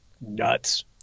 nuts